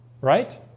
Right